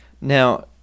Now